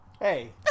hey